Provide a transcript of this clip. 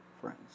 friends